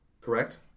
correct